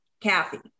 kathy